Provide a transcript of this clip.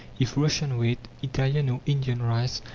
if russian wheat, italian or indian rice,